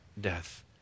death